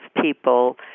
people